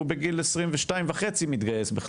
הוא בגיל 22.5 מתגייס.